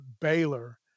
Baylor